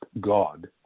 God